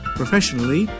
professionally